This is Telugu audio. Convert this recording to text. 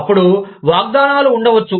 అప్పుడు వాగ్దానాలు ఉండవచ్చు